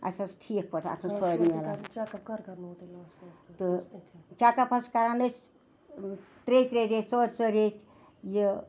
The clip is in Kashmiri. اَسہِ حظ ٹھیٖک پٲٹھۍ اَصٕل فٲیدٕ ملان تہٕ چَکپ حظ چھِ کران أسۍ ترٛییہِ ترٛییہِ ریٚتھۍ ژورِ ژورِ ریٚتھۍ یہِ